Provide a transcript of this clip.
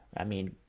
i mean,